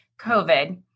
COVID